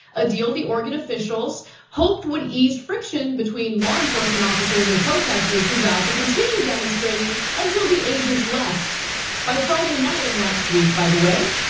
a deal the oregon officials hoped would ease friction between law enforcement officers and protesters who vowed to continue demonstrating until the agents left by friday night of last week. by the way,